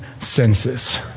senses